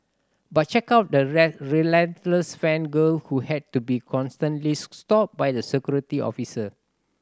but check out the relentless fan girl who had to be constantly stopped by the security officer